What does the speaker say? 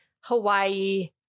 Hawaii